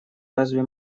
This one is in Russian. разве